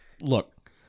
look